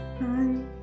Bye